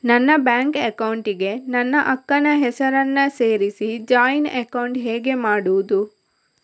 ನನ್ನ bank account ಗೆ ನನ್ನ ಅಕ್ಕ ನ ಹೆಸರನ್ನ ಸೇರಿಸಿ ಜಾಯಿನ್ ಅಕೌಂಟ್ ಹೇಗೆ ಮಾಡುದು?